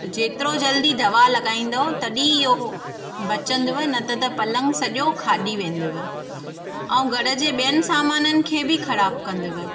जेतिरो जल्दी दवा लॻाईंदव तॾहिं इहो बचंदव न त त पलंग सॼो खाॼी वेंदव ऐं घर जे ॿियनि सामाननि खे बि ख़राबु कंदव